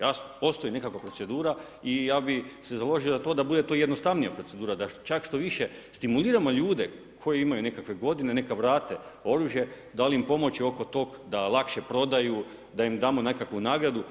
Jasno, postoji nekakva procedura i ja bi se založio za to da bude to jednostavnija procedura, čak da štoviše, stimuliramo ljude, koji imaju nekakve godine, neka vrate oružje, da li im pomoći oko toga, da lakše prodaju, da im damo nekakvu nagradu.